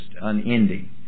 unending